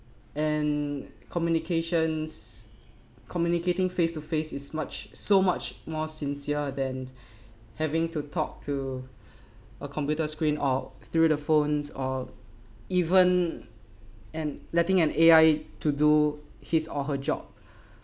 and communications communicating face to face is much so much more sincere than having to talk to a computer screen or through the phones or even and letting an A_I to do his or her job